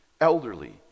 elderly